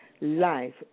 life